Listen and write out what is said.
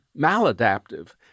maladaptive